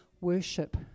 worship